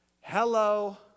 Hello